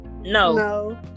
No